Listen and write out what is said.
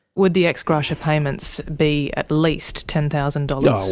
would the ex gratia payments be at least ten thousand dollars? well,